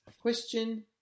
Question